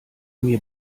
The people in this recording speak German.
mir